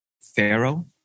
Pharaoh